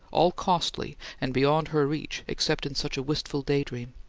all costly and beyond her reach except in such a wistful day-dream.